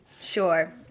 Sure